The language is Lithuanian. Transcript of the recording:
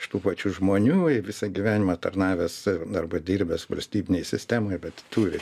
iš tų pačių žmonių visą gyvenimą tarnavęs arba dirbęs valstybinėj sistemoj bet turi